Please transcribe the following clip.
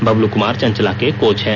बबलू क्मार चंचला के कोच हैं